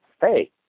hey